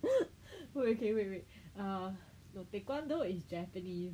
ok ok wait wait err taekwondo is Japanese